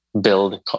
build